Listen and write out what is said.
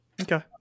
Okay